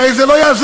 כי הרי זה לא יעזור,